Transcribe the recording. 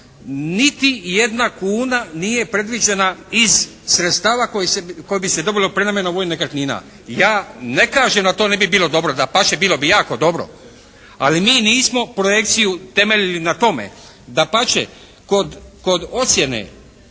niti jedna kuna nije predviđena iz sredstava koji bi se dobili prenamjenom vojnih nekretnina. Ja ne kažem da to ne bi bilo dobro. Dapače, bilo bi jako dobro. Ali mi nismo projekciju temeljili na tome. Dapače, kod ocjene